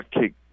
kick